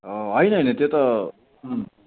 हो होइन होइन त्यो त